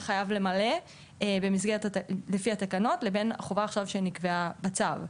חובה למלא לפי התקנות לבין החובה שנקבעה עכשיו בצו.